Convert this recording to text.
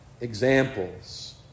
examples